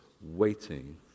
waiting